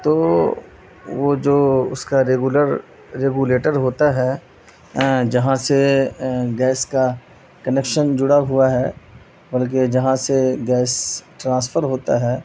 تو وہ جو اس کا ریگولر ریگولیٹر ہوتا ہے جہاں سے گیس کا کنیکشن جڑا ہوا ہے بلکہ جہاں سے گیس ٹرانسفر ہوتا ہے